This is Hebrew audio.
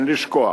אין לשכוח